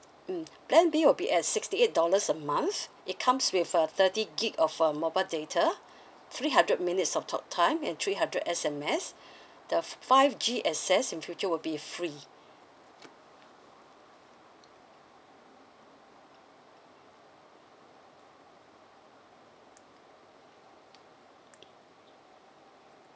hmm plan b will be at sixty eight dollars a month it comes with a thirty gig of uh mobile data three hundred minutes of talk time and three hundred S_M_S the five G access in future will be free